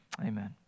Amen